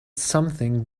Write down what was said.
something